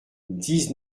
dix